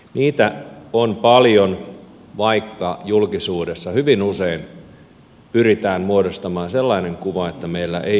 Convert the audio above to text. niitä on paljon vaikka julkisuudessa hyvin usein pyritään muodostamaan sellainen kuva että meillä ei ole soita